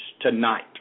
tonight